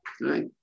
right